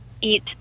eat